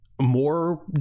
more